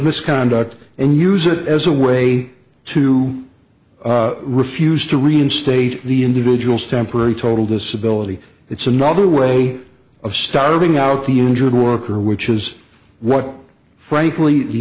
misconduct and use it as a way to refuse to reinstate the individual's temporary total disability it's another way of starting out the injured worker which is what frankly the